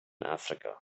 africa